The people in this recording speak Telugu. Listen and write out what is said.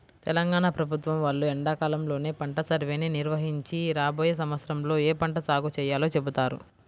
తెలంగాణ ప్రభుత్వం వాళ్ళు ఎండాకాలంలోనే పంట సర్వేని నిర్వహించి రాబోయే సంవత్సరంలో ఏ పంట సాగు చేయాలో చెబుతారు